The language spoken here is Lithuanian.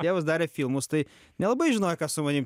tėvas darė filmus tai nelabai žinojo ką su manim